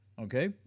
okay